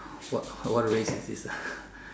what what race is this ah